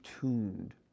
tuned